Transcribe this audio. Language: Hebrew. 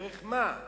דרך מה?